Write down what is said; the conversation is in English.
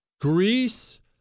Greece